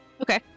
Okay